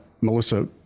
Melissa